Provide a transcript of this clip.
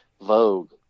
Vogue